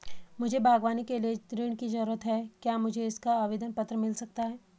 मुझे बागवानी के लिए ऋण की ज़रूरत है क्या मुझे इसका आवेदन पत्र मिल सकता है?